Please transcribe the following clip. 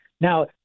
Now